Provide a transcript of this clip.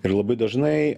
ir labai dažnai